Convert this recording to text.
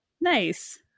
nice